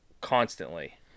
constantly